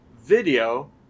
video